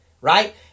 right